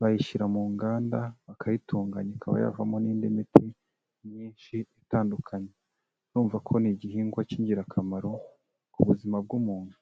bayishyira mu nganda bakayitunganya ikaba yavamo n'indi miti myinshi itandukanye, urumva ko ni igihingwa cy'ingirakamaro ku buzima bw'umuntu.